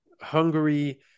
Hungary